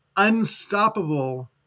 unstoppable